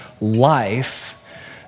life